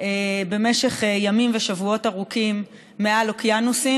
במשך ימים ושבועות ארוכים מעל אוקיינוסים,